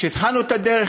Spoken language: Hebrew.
כשהתחלנו את הדרך,